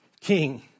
king